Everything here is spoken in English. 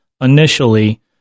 initially